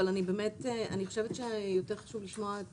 אבל באמת אני חושבת שיותר חשוב לשמוע את